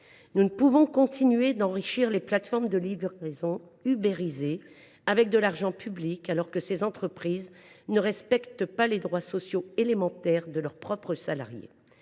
nous ne pouvons continuer d’enrichir les plateformes de livraison ubérisées avec de l’argent public, alors que ces entreprises ne respectent pas les droits sociaux élémentaires de leurs propres salariés.